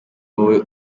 wowe